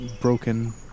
Broken